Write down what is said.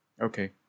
Okay